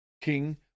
King